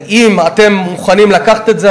אם אתם מוכנים לקחת את זה,